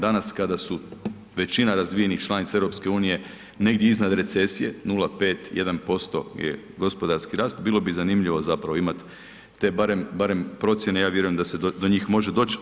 Danas kada su većina razvijenih članica EU negdje iznad recesije 0,5 1% je gospodarski rast bilo bi zanimljivo zapravo imat te barem procjene, ja vjerujem da se do njih može doći.